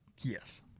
Yes